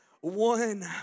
One